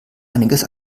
einiges